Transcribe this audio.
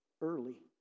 early